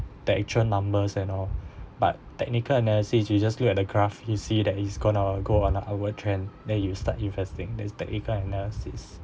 the actual numbers and all but technical analysis you just look at the craft he see that it's going to go on a upward trend then you start investing that's technical analysis